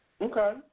Okay